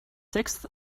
sixth